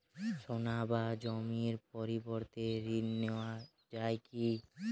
সোনা বা জমির পরিবর্তে ঋণ নেওয়া যায় কী?